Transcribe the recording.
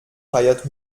feiert